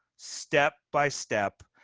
step by step.